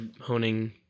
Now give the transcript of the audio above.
honing